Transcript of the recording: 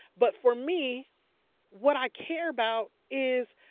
but for me what i care about is,